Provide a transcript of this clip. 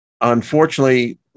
Unfortunately